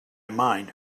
mind